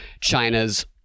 China's